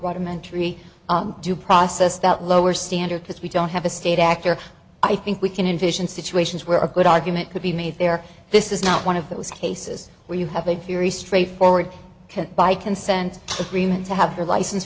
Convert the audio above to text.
bottom entry due process that lower standard because we don't have a state actor i think we can envision situations where a good argument could be made there this is not one of those cases where you have a very straightforward can by consent agreement to have their license